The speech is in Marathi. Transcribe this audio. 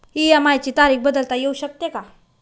इ.एम.आय ची तारीख बदलता येऊ शकते का?